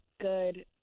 good